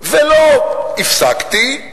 ולא הפסקתי.